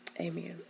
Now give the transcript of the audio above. Amen